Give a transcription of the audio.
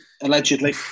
Allegedly